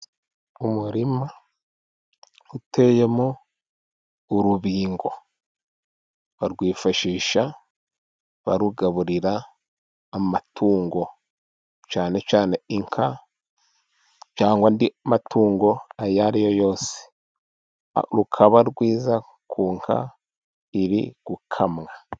Umurima uteyemo urubingo, barwifashisha barugaburira amatungo cyane cyane inka cyangwa andi matungo ayo ariyo yose. Rukaba rwiza ku nka iri gukamwa.